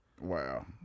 Wow